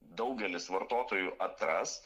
daugelis vartotojų atras